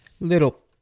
little